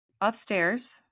upstairs